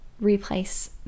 replace